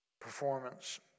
Performance